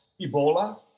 Ebola